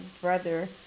brother